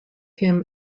him